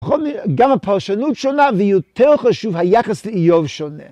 ‫גם הפרשנות שונה ויותר חשוב, ‫היחס לאיוב שונה.